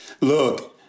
Look